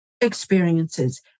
experiences